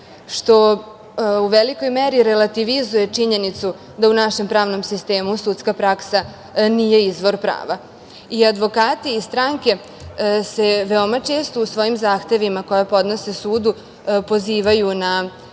što u velikoj meri relativizuje činjenicu da u našem pravnom sistemu sudska praksa nije izvor prava. Advokati iz stranke se veoma često u svojim zahtevima koje podnose sudu pozivaju na